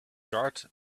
charred